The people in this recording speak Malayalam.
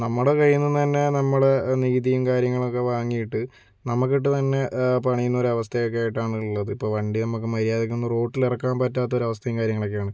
നമ്മടെ കയ്യിൽ നിന്ന് തന്നെ നമ്മള് നികുതിയും കാര്യങ്ങളൊക്കെ വാങ്ങിയിട്ട് നമുക്കിട്ട് തന്നെ പണിയുന്ന ഒരു അവസ്ഥേക്കെയായിട്ടാണ് ഉള്ളത് ഇപ്പം വണ്ടി നമുക്ക് മര്യാദക്കൊന്ന് റോട്ടിലിറക്കാൻ പറ്റാത്തൊരവസ്ഥേമ് കാര്യങ്ങളൊക്കെ ആണ്